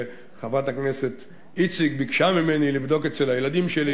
וחברת הכנסת איציק ביקשה ממני לבדוק אצל הילדים שלי.